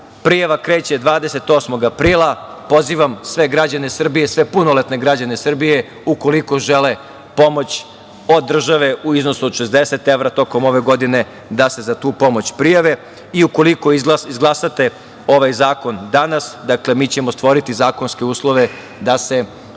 prijava kreće 28. aprila. Pozivam sve građane Srbije, sve punoletne građane Srbije ukoliko žele pomoć od države u iznosu od 60 evra tokom ove godine da se za tu pomoć prijave i ukoliko izglasate ovaj zakon danas, dakle, mi ćemo stvoriti zakonske uslove da se